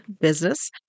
business